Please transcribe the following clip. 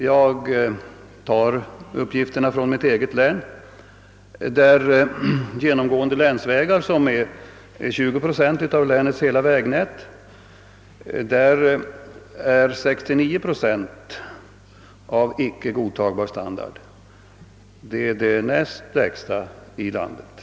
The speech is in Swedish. Jag tar uppgifterna från mitt eget län, där 69 procent av genomgående länsvägar, som utgör 20 procent av länets hela vägnät, är av icke godtagbar standard. Det är den näst högsta siffran i landet.